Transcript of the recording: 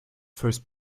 first